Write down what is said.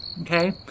Okay